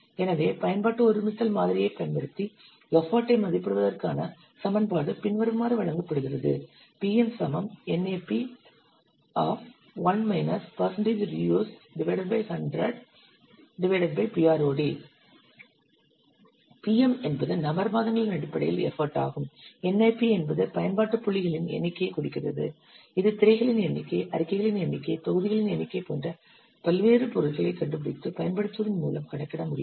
எனவே பயன்பாட்டு ஒருமித்தல் மாதிரியைப் பயன்படுத்தி எஃபர்ட் ஐ மதிப்பிடுவதற்கான சமன்பாடு பின்வருமாறு வழங்கப்படுகிறது PM என்பது நபர் மாதங்களின் அடிப்படையில் எஃபர்ட் ஆகும் NAP என்பது பயன்பாட்டு புள்ளிகளின் எண்ணிக்கையைக் குறிக்கிறது இது திரைகளின் எண்ணிக்கை அறிக்கைகளின் எண்ணிக்கை தொகுதிகளின் எண்ணிக்கை போன்ற பல்வேறு பொருள்களை கண்டுபிடித்து பயன்படுத்துவதன் மூலம் கணக்கிட முடியும்